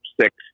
six